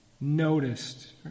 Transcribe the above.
noticed